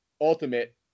ultimate